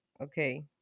okay